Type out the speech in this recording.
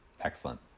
Excellent